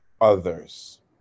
others